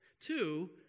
Two